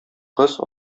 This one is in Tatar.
кыз